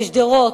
בשדרות,